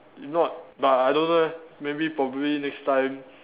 if not but I don't know leh maybe probably next time